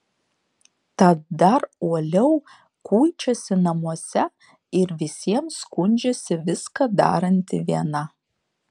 tad dar uoliau kuičiasi namuose ir visiems skundžiasi viską daranti viena